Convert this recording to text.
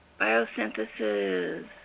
biosynthesis